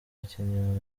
bakinnyi